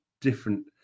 different